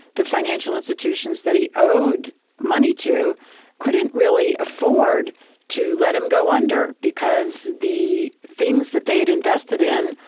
the financial institutions that he owed money to couldn't really afford to let him go under because the things that they had invested in,